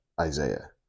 Isaiah